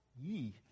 Ye